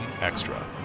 extra